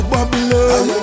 Babylon